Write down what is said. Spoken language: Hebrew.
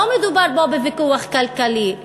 לא מדובר פה בוויכוח כלכלי,